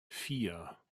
vier